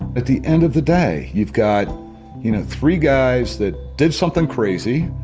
at the end of the day you've got you know three guys that did something crazy,